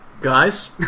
Guys